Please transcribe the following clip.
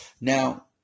Now